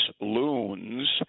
loons